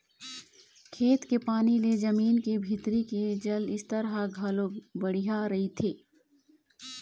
खेत के पानी ले जमीन के भीतरी के जल स्तर ह घलोक बड़िहा रहिथे